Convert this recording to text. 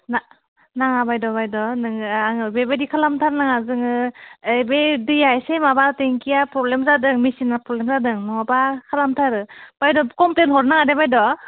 नाङा बायद' बायद' नोङो आङो बेबायदि खालामथारनाङा जोङो ए बे दैया एसे माबा टेंकिया प्रब्लेम जादों मेचिना प्रब्लेम जादों नङाबा खालामथारो बायद कमप्लेन हरनो नङा दे बायद'